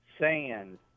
sand